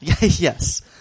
Yes